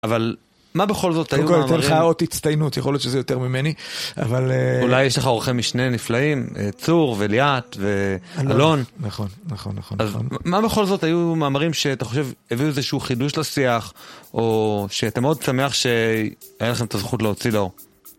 אבל, מה בכל זאת היו מאמרים... קודם כל, אני נותן לך אות הצטיינות, יכול להיות שזה יותר ממני. אבל... אולי יש לך עורכי משנה נפלאים, צור וליאת ואלון. נכון, נכון, נכון, נכון. אז מה בכל זאת היו מאמרים שאתה חושב הביאו לזה שהוא חידוש לשיח, או שאתה מאוד שמח שהיה לכם את הזכות להוציא לאור?